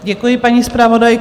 Děkuji, paní zpravodajko.